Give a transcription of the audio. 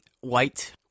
White